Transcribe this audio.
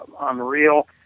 unreal